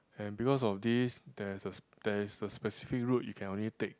and because of this there's a there's a specific route you can only take